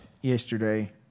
yesterday